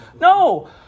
No